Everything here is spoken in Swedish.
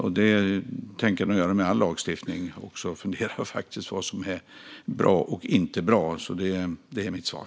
Det tänker jag nog faktiskt göra med all lagstiftning - fundera över vad som är bra och inte bra. Det är mitt svar.